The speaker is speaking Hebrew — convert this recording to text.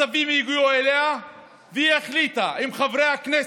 הצווים הגיעו אליה והיא החליטה עם חברי הכנסת,